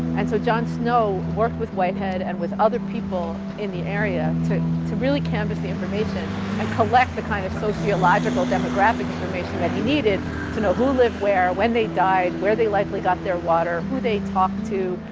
and so john snow worked with whitehead and with other people in the area to to really canvas the information and collect the kind of sociological demographic information that he needed to know who lived where, when they died, where they likely got their water, who they talked to,